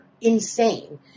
insane